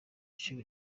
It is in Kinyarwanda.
cumi